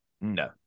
No